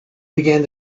began